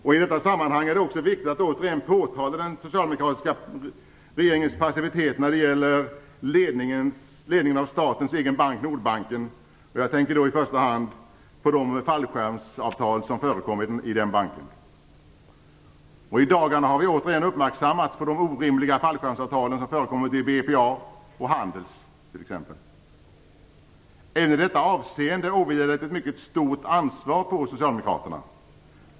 I detta sammanhang är det också viktigt att återigen påtala den socialdemokratiska regeringens passivitet när det gäller ledningen av statens egen bank, Nordbanken. Jag tänker då i första hand på de fallskärmsavtal som förekom i den banken. I dagarna har vi återigen gjorts uppmärksamma på de orimliga fallskärmsavtal som förekommit i BPA och Handels. Även i detta avseende vilar det ett mycket stort ansvar på socialdemokraterna.